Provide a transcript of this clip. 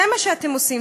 זה מה שאתם עושים.